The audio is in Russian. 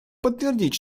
подтвердить